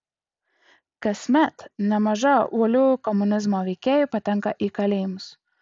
kasmet nemaža uolių komunizmo veikėjų patenka į kalėjimus